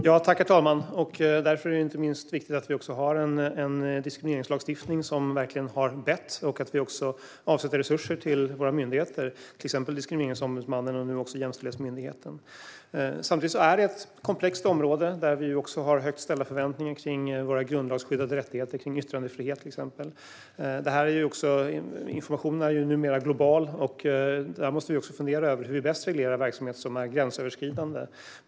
Herr talman! Därför är det inte minst viktigt att vi har en diskrimineringslagstiftning som verkligen har bett och att vi avsätter resurser till våra myndigheter, till exempel Diskrimineringsombudsmannen och jämställdhetsmyndigheten. Samtidigt är det ett komplext område där vi också har högt ställda förväntningar när det gäller våra grundlagsskyddade rättigheter, till exempel yttrandefrihet. Informationen är numera global. Vi måste också fundera över hur vi bäst reglerar verksamhet som är gränsöverskridande.